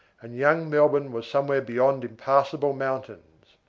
and young melbourne was somewhere beyond impassable mountains.